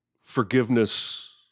forgiveness